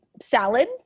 salad